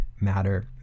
matter